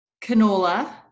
canola